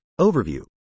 overview